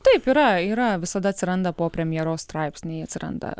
taip yra yra visada atsiranda po premjero straipsniai atsiranda